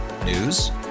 News